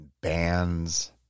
bands